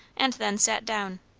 and then sat down.